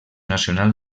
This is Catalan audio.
nacional